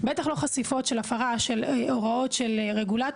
בטח לא חשיפות של הפרה של הוראות של רגולטורים.